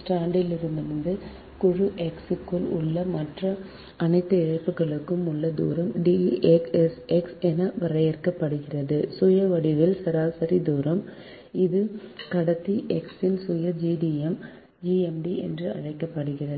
ஸ்ட்ராண்டிலிருந்தும் குழு X க்குள் உள்ள மற்ற அனைத்து இழைகளுக்கும் உள்ள தூரம் D sx என வரையறுக்கப்படுகிறது சுய வடிவியல் சராசரி தூரம் இது கடத்தி X இன் சுய GMD என்று அழைக்கப்படுகிறது